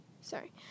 Sorry